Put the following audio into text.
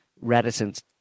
reticence